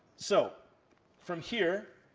so from here,